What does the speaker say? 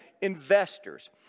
investors